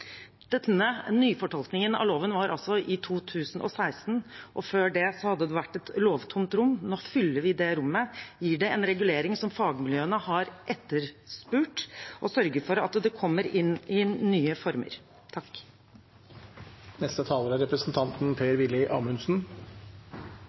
Denne nyfortolkningen av loven var altså i 2016. Før det hadde det vært et lovtomt rom. Nå fyller vi det rommet, gir det en regulering som fagmiljøene har etterspurt, og sørger for at det kommer inn i nye former. La meg starte med å takke representanten Hussein for utfordringen hva gjelder kvinners likestilling i innvandrermiljøer. Er